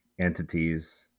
entities